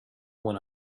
one